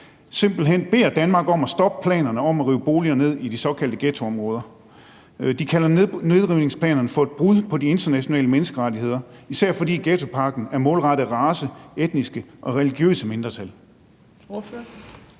simpelt hen beder Danmark om at stoppe planerne om at rive boliger ned i de såkaldte ghettoområder? De kalder nedrivningsplanerne for et brud på de internationale menneskerettigheder, især fordi ghettopakken er målrettet race, etniske og religiøse mindretal.